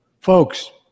Folks